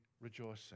rejoicing